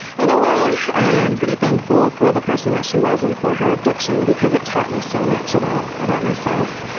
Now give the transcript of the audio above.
in a way i am pretty thankful for the person that she was and for her addiction because it taught me so much about about myself.